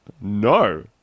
No